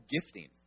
gifting